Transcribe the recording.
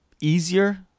easier